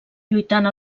lluitant